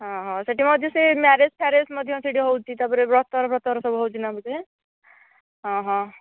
ହଁ ହଁ ସେଠି ମଧ୍ୟ ସେହି ମ୍ୟାରେଜ ଫ୍ୟାରେଜ ମଧ୍ୟ ସେଠି ହେଉଛି ତା'ପରେ ବ୍ରତଘର ଫ୍ରତଘର ବି ହେଉଛି ନା ବୋଧେ ହଁ ହଁ